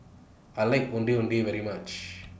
I like Ondeh Ondeh very much